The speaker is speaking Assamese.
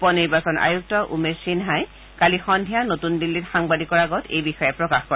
উপ নিৰ্বাচন আয়ুক্ত উমেশ সিন্হাই কালি সদ্ধিয়া নতুন দিল্লীত সাংবাদিকৰ আগত এই কথা প্ৰকাশ কৰে